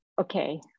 okay